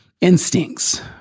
instincts